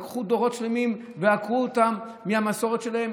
לקחו דורות שלמים ועקרו אותם מהמסורת שלהם.